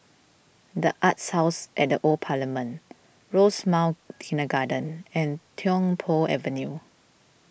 the Arts House at the Old Parliament Rosemount Kindergarten and Tiong Poh Avenue